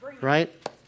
right